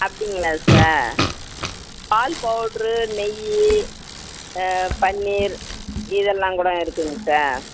அப்படிங்களா சார் பால் பவுட்ரு நெய் பன்னீர் இதெல்லாம் கூட இருக்குதுங்க சார்